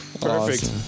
Perfect